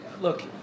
look